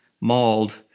mauled